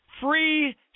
free